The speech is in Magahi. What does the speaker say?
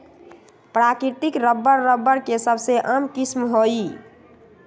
प्राकृतिक रबर, रबर के सबसे आम किस्म हई